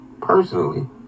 personally